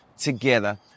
together